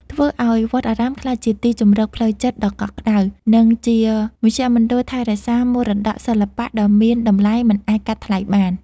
ធ្វើឱ្យវត្តអារាមក្លាយជាទីជម្រកផ្លូវចិត្តដ៏កក់ក្តៅ និងជាមជ្ឈមណ្ឌលថែរក្សាមរតកសិល្បៈដ៏មានតម្លៃមិនអាចកាត់ថ្លៃបាន។